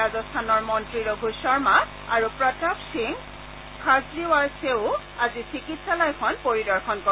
ৰাজস্থানৰ মন্ত্ৰী ৰঘু শৰ্মা আৰু প্ৰতাপ সিং খাছৰীয়াৱাছেও আজি চিকিৎসালয়খন পৰিদৰ্শন কৰে